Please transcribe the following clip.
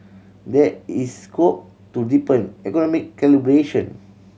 there is scope to deepen economic collaboration